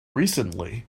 recently